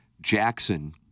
Jackson